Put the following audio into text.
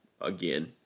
again